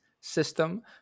system